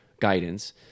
guidance